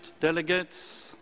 delegates